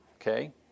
Okay